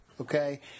okay –